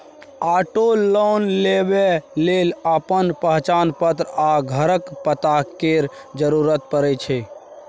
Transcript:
auto loan लेबा लेल अपन पहचान पत्र आ घरक पता केर जरुरत परै छै